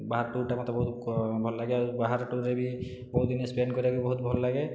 ବାହାର ଟୂର୍ଟା ମୋତେ ବହୁତ ଭଲ ଲାଗେ ଆଉ ବାହାର ଟୂର୍ରେ ବି ବହୁତ ଦିନ ସ୍ପେଣ୍ଡ କରିବାକୁ ଭଲ ଲାଗେ